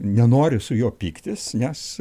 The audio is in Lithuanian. nenoriu su juo pyktis nes